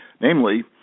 namely